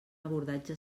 abordatge